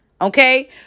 Okay